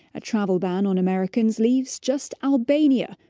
a travel ban on americans leaves just albania,